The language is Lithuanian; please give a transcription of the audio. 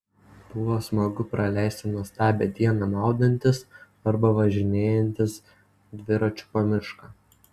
buvo smagu praleisti nuostabią dieną maudantis arba važinėjantis dviračiu po mišką